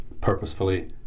purposefully